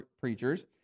preachers